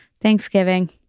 Thanksgiving